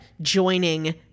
joining